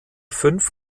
fünf